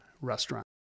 restaurant